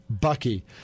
Bucky